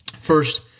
First